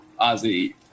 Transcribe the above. Ozzy